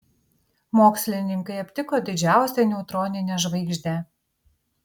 mokslininkai aptiko didžiausią neutroninę žvaigždę